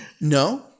No